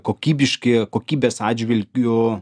kokybiški kokybės atžvilgiu